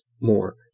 more